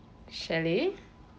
chalet